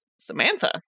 Samantha